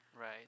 Right